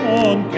on